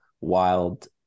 wild